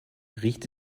riecht